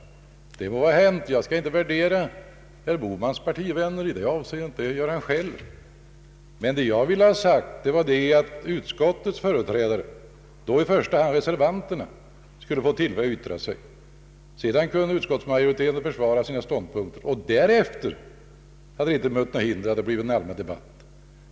Det må vara hänt, jag skall inte värdera herr Bohmans partivänner i det avseendet, det får han göra själv. Vad jag vill ha sagt är att utskottets ledamöter, och då i första hand reservanterna, borde få tillfälle att yttra sig. Därefter kunde utskottsmajoriteten försvara sina ståndpunkter. Det hade inte mött något hinder att efter detta föra en allmän debatt.